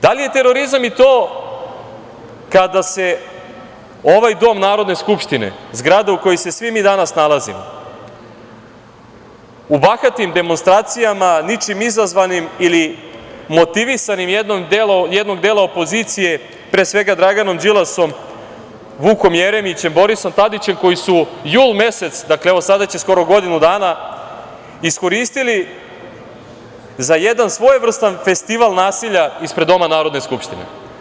Da li je terorizam i to kada se ovaj dom Narodne skupštine, zgrada u kojoj se svi mi danas nalazimo, u bahatim demonstracijama, ničim izazvanim ili motivisani jednim delom opozicije, pre svega Draganom Đilasom, Vukom Jeremićem, Borisom Tadićem, koji su jul mesec, dakle, evo sada će skoro godinu dana, iskoristili za jedan svojevrstan festival nasilja ispred doma Narodne skupštine?